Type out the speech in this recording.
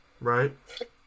Right